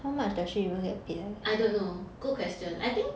I don't know good question I think